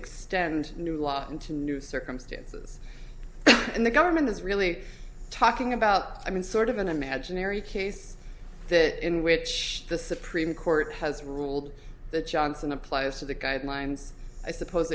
into new circumstances and the government is really talking about i mean sort of an imaginary case that in which the supreme court has ruled the johnson applies to the guidelines i suppose